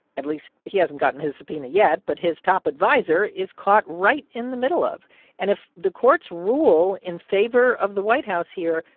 at least he hasn't gotten his subpoena yet but his top adviser is caught right in the middle of and if the courts rule in favor of the white house here,